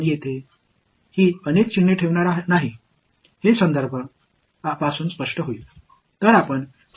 எனவே இந்த பல சின்னங்களை நாம் இங்கு வைக்க மாட்டோம் இது கட்டமைப்பில் இருந்து நீக்கப்படும்